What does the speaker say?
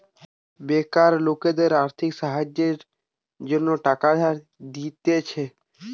বেকার লোকদের আর্থিক সাহায্যের জন্য টাকা ধার দিতেছে